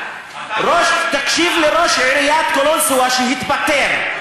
תקשיב לראש עיריית קלנסואה שהתפטר.